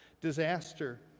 disaster